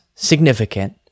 significant